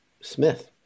Smith